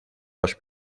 los